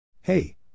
Hey